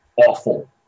awful